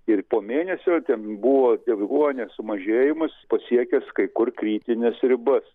ir po mėnesio dienų ten buvo deguonies sumažėjimas pasiekęs kai kur kritines ribas